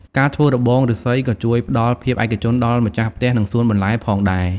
ការធ្វើរបងឬស្សីក៏ជួយផ្តល់ភាពឯកជនដល់ម្ចាស់ផ្ទះ និងសួនបន្លែផងដែរ។